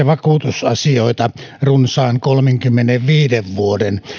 vakuutusasioita runsaan kolmenkymmenenviiden vuoden